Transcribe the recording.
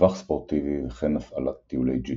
מטווח ספורטיבי וכן הפעלת טיולי ג'יפים.